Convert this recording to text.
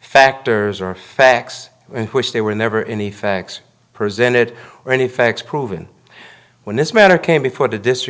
factors or facts in which they were never in the facts presented or any facts proven when this matter came before the district